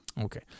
Okay